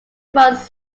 runs